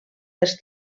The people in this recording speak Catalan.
dels